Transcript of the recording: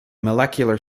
molecular